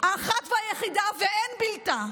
האחת והיחידה ואין בלתה,